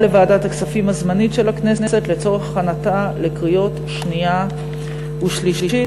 לוועדת הכספים הזמנית של הכנסת לצורך הכנתה לקריאה השנייה והשלישית.